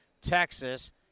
Texas